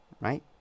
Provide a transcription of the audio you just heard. right